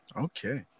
Okay